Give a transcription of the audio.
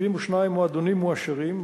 72 מועדונים מועשרים,